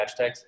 hashtags